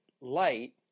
light